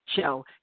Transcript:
show